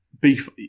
beef